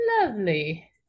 lovely